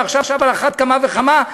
ועכשיו על אחת כמה וכמה,